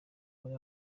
muri